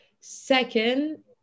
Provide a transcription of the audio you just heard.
second